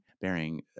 bearing